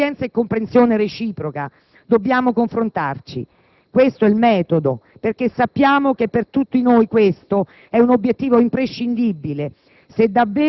Con pazienza e comprensione reciproca dobbiamo confrontarci. Questo è il metodo, perché sappiamo che per tutti noi questo è un obiettivo imprescindibile